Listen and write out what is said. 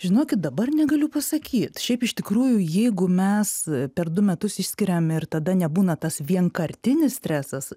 žinokit dabar negaliu pasakyt šiaip iš tikrųjų jeigu mes per du metus išskiriam ir tada nebūna tas vienkartinis stresas